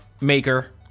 maker